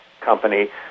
company